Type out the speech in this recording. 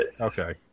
Okay